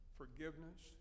forgiveness